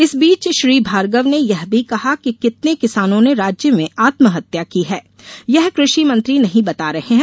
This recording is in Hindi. इस बीच श्री भार्गव ने यह भी कहा कि कितने किसानों ने राज्य में आत्महत्या की है यह कृषि मंत्री नहीं बता रहे हैं